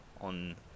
on